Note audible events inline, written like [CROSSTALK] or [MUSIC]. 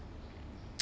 [NOISE]